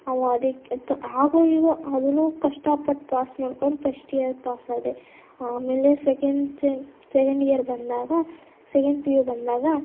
ಅವ್ ಅದಕ್ಕೆ ಥು ಹಾಗೋ ಹೀಗೋ ಅದನ್ನು ಕಷ್ಟಪಟ್ಟು ಪಾಸ್ ಮಾಡ್ಕೊಂಡು ಫಸ್ಟ್ ಇಯರ್ ಪಾಸ್ ಆದೆ ಆಮೇಲೆ ಸೆಕೆಂಡ್ ಸೆಮ್ ಸೆಕೆಂಡ್ ಇಯರ್ ಬಂದಾಗ ಸೆಕೆಂಡ್ ಪಿ ಯು ಬಂದಾಗ